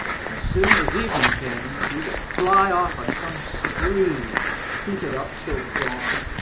but as soon as evening came we would fly off on some spree and keep it up till dawn.